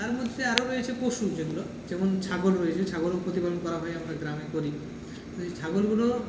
তার মধ্যে আরও রয়েছে পশু যেগুলো যেমন ছাগল রয়েছে ছাগলও প্রতিপালন করা হয় আমরা গ্রামে করি এই ছাগলগুলো